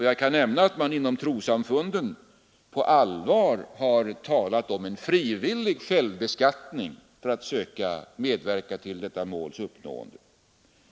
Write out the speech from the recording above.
Jag kan nämna att man inom trossamfunden på allvar har talat om en frivillig självbeskattning för att söka medverka till detta måls uppnående.